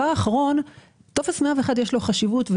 לטופף 101 יש חשיבות.